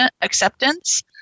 acceptance